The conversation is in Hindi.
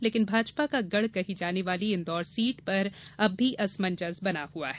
लेकिन भाजपा का गढ़ कही जाने वाली इंदौर सीट पर अब भी असमंजस बना हुआ है